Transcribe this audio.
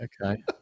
Okay